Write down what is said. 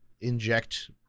inject